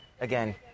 again